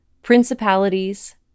principalities